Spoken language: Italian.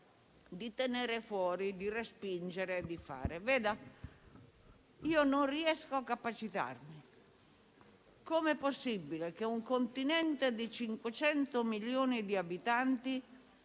di tenere fuori, di respingere. Ebbene, non riesco a capacitarmi: come è possibile che un continente di 500 milioni di abitanti